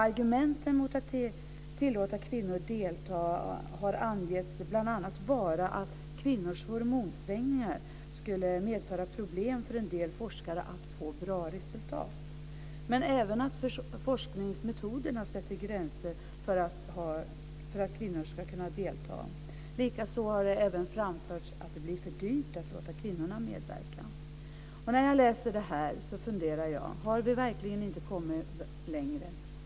Argumenten mot att tillåta kvinnor att delta har angetts bl.a. vara att kvinnors hormonsvängningar skulle medföra problem för en del forskare att få bra resultat. Men även forskningsmetoderna sätter gränser för att kvinnor ska kunna delta. Likaså har det framförts att det blir för dyrt att låta kvinnorna medverka. När jag läser det här funderar jag: Har vi verkligen inte kommit längre?